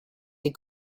die